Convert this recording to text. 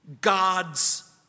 God's